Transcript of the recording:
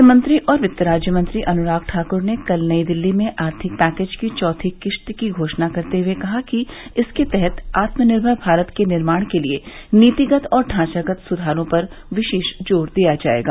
वित्तमंत्री और वित्त राज्यमंत्री अनुराग ठाक्र ने कल नई दिल्ली में आर्थिक पैकेज की चौथी किस्त की घोषणा करते हुए कहा कि इसके तहत आत्मनिर्भर भारत के निर्माण के लिए नीतिगत और ढांचागत सुधारों पर विशेष जोर दिया जाएगा